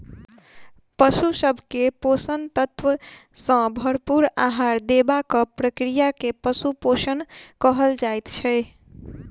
पशु सभ के पोषक तत्व सॅ भरपूर आहार देबाक प्रक्रिया के पशु पोषण कहल जाइत छै